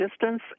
distance